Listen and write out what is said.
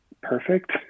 perfect